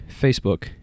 Facebook